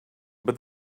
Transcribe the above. but